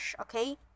okay